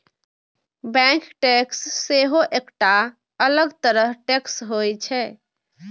bank tax सेहो एकटा अलग तरह टैक्स होइ छै